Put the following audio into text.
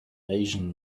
asian